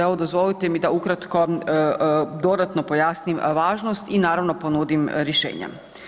Evo dozvolite mi da ukratko dodatno pojasnim važnost i naravno ponudim rješenja.